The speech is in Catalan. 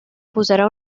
posarà